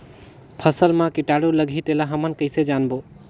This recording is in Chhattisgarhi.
फसल मा कीटाणु लगही तेला हमन कइसे जानबो?